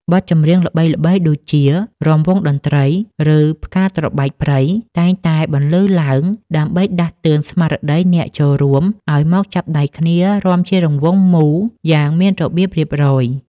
បទចម្រៀងល្បីៗដូចជា រាំវង់តន្ត្រី ឬ ផ្កាត្របែកព្រៃ តែងតែបន្លឺឡើងដើម្បីដាស់តឿនស្មារតីអ្នកចូលរួមឱ្យមកចាប់ដៃគ្នារាំជារង្វង់មូលយ៉ាងមានរបៀបរៀបរយ។